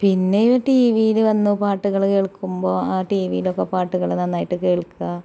പിന്നെ ടിവിയില് വന്നു പാട്ടുകള് കേൽക്കുമ്പോൾ ആ ടിവിയിലൊക്കെ പാട്ടുകള് നന്നായിട്ട് കേൾക്കുക